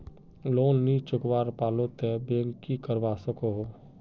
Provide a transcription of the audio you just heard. Loan नी चुकवा पालो ते बैंक की करवा सकोहो?